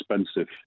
expensive